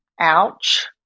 ouch